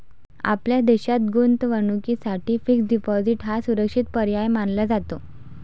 आपल्या देशात गुंतवणुकीसाठी फिक्स्ड डिपॉजिट हा सुरक्षित पर्याय मानला जातो